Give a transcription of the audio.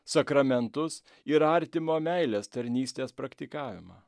sakramentus ir artimo meilės tarnystės praktikavimą